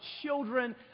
children